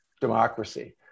democracy